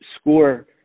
score